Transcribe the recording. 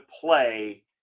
play